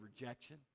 rejection